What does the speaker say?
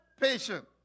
patient